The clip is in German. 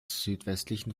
südwestlichen